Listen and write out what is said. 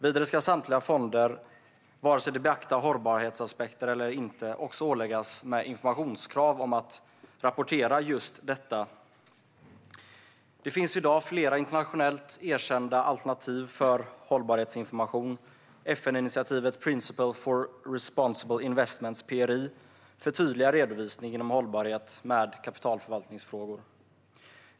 Vidare ska samtliga fonder, vare sig de beaktar hållbarhetsaspekter eller inte, också åläggas informationskrav att rapportera. Det finns i dag flera internationellt erkända alternativ för hållbarhetsinformation. FN-initiativet Principles for Responsible Investments, PRI, förtydligar redovisning inom hållbarhet med kapitalförvaltningsfrågor.